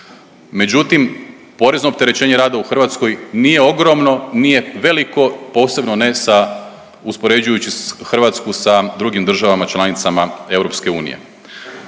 Međutim porezno opterećenje rada u Hrvatskoj nije ogromno, nije veliko, posebno ne sa, uspoređujući Hrvatsku sa drugim državama članicama Europske unije.